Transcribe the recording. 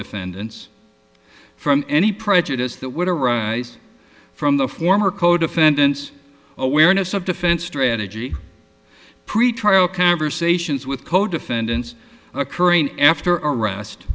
defendants from any prejudice that would arise from the former co defendants awareness of defense strategy pretrial conversations with co defendants occurring after arrest